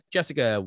Jessica